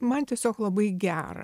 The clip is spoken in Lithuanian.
man tiesiog labai gera